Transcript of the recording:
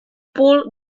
paul